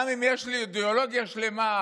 גם אם יש לי אידיאולוגיה שלמה,